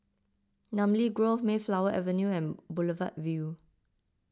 Namly Grove Mayflower Avenue and Boulevard Vue